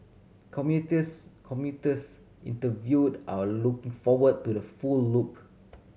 commuters commuters interviewed are looking forward to the full loop